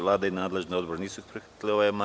Vlada i nadležni odbor nisu prihvatili amandman.